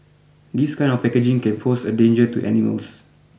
this kind of packaging can pose a danger to animals